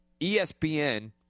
ESPN